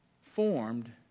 Formed